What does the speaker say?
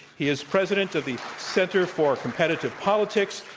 he is president of the center for competitive politics.